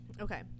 Okay